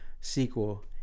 sequel